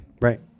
right